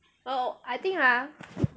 oh I think ah